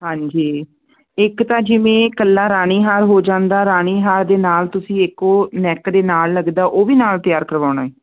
ਹਾਂਜੀ ਇੱਕ ਤਾਂ ਜਿਵੇਂ ਇਕੱਲਾ ਰਾਨੀਹਾਰ ਹੋ ਜਾਂਦਾ ਰਾਨੀਹਾਰ ਦੇ ਨਾਲ ਤੁਸੀਂ ਇੱਕ ਉਹ ਨੈੱਕ ਦੇ ਨਾਲ ਲੱਗਦਾ ਉਹ ਵੀ ਨਾਲ ਤਿਆਰ ਕਰਵਾਉਣਾ